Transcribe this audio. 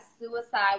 suicide